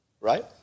Right